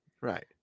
Right